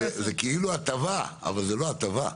זה כאילו הטבה אבל זו לא הטבה.